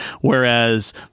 whereas